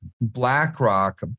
BlackRock